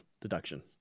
deduction